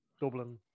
Dublin